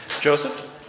Joseph